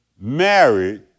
Married